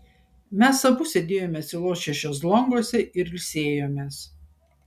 mes abu sėdėjome atsilošę šezlonguose ir ilsėjomės